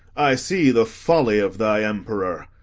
i see the folly of thy emperor.